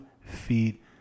feet